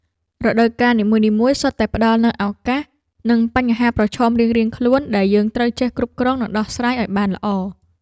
រដូវកាលនីមួយៗសុទ្ធតែផ្តល់នូវឱកាស និងបញ្ហាប្រឈមរៀងៗខ្លួនដែលយើងត្រូវចេះគ្រប់គ្រង និងដោះស្រាយឱ្យបានល្អ។